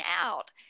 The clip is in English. out